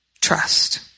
Trust